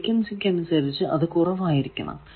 ഫ്രീക്വൻസിക്കനുസരിച്ചു അത് കുറവായിരിക്കണം